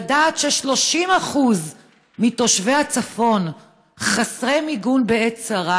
לדעת ש-30% מתושבי הצפון חסרי מיגון בעת צרה,